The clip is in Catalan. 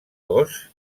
cos